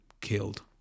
killed